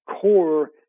core